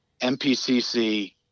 MPCC